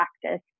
practice